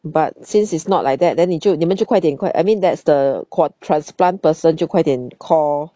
but since it's not like that then 你就你们就快点快 I mean that's the co~ transplant person 就快点 call